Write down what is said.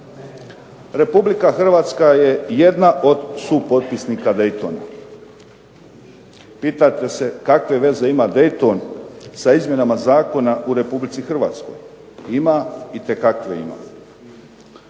Republika Hrvatska je jedna od supotpisnika Daytona. Pitate se kakve veze ima Dayton sa izmjenama zakona u Republici Hrvatskoj. Ima, itekakve ima.